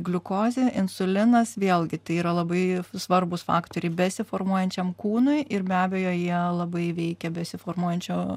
gliukozė insulinas vėlgi tai yra labai svarbūs faktoriai besiformuojančiam kūnui ir be abejo jie labai veikia besiformuojančio